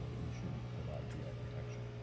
you shouldn't provide gi protection.